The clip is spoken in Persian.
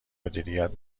مدیریت